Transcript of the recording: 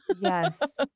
Yes